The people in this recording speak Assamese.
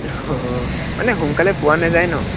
অঁ মানে সোনকালে পোৱা নেযায় ন